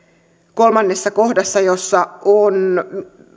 kolmannessa kohdassa jossa on